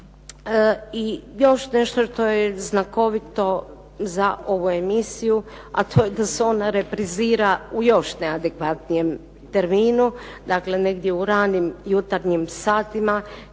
I još nešto što je znakovito za ovu emisiju, a to je da se ona reprizira u još neadekvatnijem terminu, dakle negdje u ranim jutarnjim satima